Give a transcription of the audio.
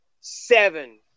seven